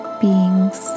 beings